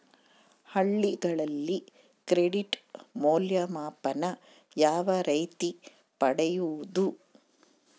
ಹಳ್ಳಿಗಳಲ್ಲಿ ಕ್ರೆಡಿಟ್ ಮೌಲ್ಯಮಾಪನ ಯಾವ ರೇತಿ ಪಡೆಯುವುದು?